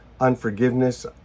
Unforgiveness